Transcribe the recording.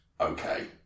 Okay